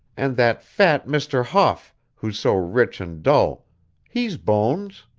and that fat mr. hough, who's so rich and dull he's bones.